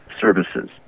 services